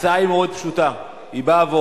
ההצעה היא מאוד פשוטה, היא אומרת